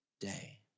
day